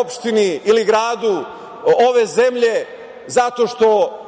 opštini ili gradu ove zemlje, zato što